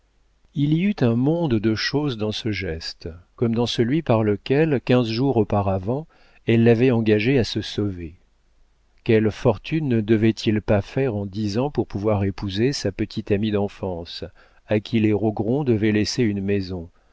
il y eut un monde de choses dans ce geste comme dans celui par lequel quinze jours auparavant elle l'avait engagé à se sauver quelle fortune ne devait-il pas faire en dix ans pour pouvoir épouser sa petite amie d'enfance à qui les rogron devaient laisser une maison